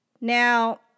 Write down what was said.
Now